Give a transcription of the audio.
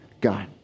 God